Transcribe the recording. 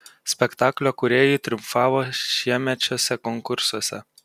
spektaklio kūrėjai triumfavo šiemečiuose konkursuose